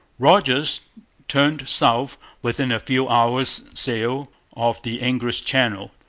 rodgers turned south within a few hours' sail of the english channel,